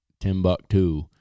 Timbuktu